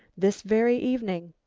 this very evening.